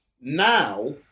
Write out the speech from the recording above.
Now